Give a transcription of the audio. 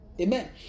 Amen